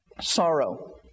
Sorrow